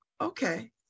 okay